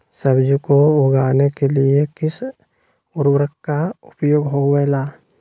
सब्जी को उगाने के लिए किस उर्वरक का उपयोग होबेला?